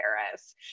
Paris